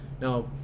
Now